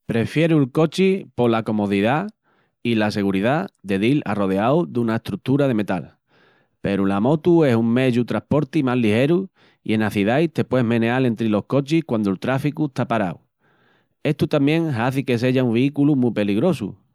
Prefieru'l cochi pola comodidá i la seguridá de dil arroedau duna estrutura de metal, peru l'amotu es un meyu trasporti más ligeru i enas cidais te pueis meneal entri los cochis quandu'l tráficu está parau, estu tamién hazi que seya un vículu mu peligrosu.